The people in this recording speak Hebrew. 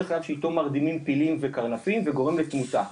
דרך אגב שאיתו מרדימים פילים וקרנפים וגורם לתמותה,